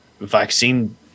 vaccine